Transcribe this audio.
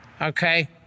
Okay